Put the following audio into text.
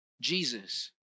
Jesus